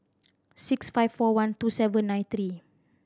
six five four one two seven nine three